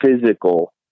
physical